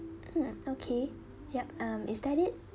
mm okay yup um is that it